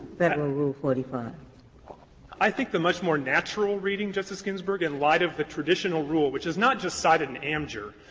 that um rule forty five? fisher i think the much more natural reading, justice ginsburg, in light of the traditional rule, which is not just cited in am. jur,